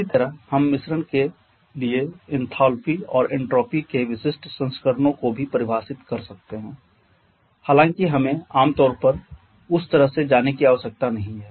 इसी तरह हम मिश्रण के लिए एन्थालपी और एन्ट्रापी के विशिष्ट संस्करणों को भी परिभाषित कर सकते हैं हालांकि हमें आमतौर पर उस तरह से जाने की आवश्यकता नहीं है